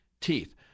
teeth